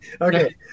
Okay